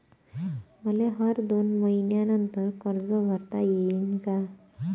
मले हर दोन मयीन्यानंतर कर्ज भरता येईन का?